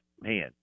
man